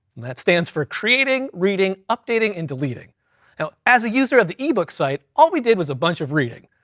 and that stands for creating, reading, updating, and deleting. now as a user of the ebook site, all we did was a bunch of reading,